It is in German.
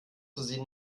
versehen